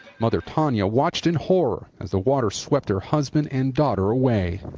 mother tonya watched in horror as the water swept her husband and daughter away.